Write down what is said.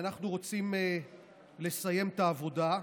אנחנו רוצים לסיים את העבודה.